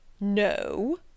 No